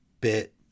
bit